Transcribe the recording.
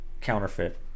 counterfeit